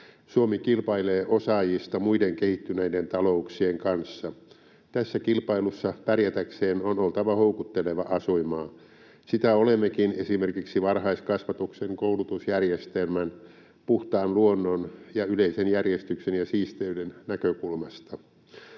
Suomi kilpailee osaajista muiden kehittyneiden talouksien kanssa. Tässä kilpailussa pärjätäkseen on oltava houkutteleva asuinmaa. Sitä olemmekin esimerkiksi varhaiskasvatuksen, koulutusjärjestelmän, puhtaan luonnon ja yleisen järjestyksen ja siisteyden näkökulmasta.